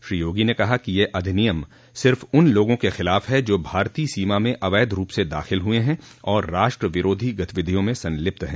श्री योगी ने कहा कि यह अधिनियम सिर्फ उन लोगों के खिलाफ है जो भारतीय सीमा में अवैध रूप से दाख़िल हुए हैं और राष्ट्र विरोध गतिविधियों में संलिप्त हैं